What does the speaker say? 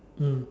mm